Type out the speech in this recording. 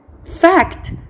Fact